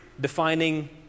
defining